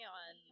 on